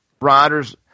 riders